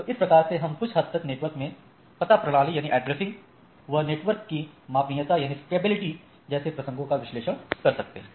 तो इस प्रकार से हम कुछ हद तक नेटवर्क के पता प्रणाली एवं नेटवर्क कि मापनीयता जैसे प्रसंगों का विश्लेषण कर सकते हैं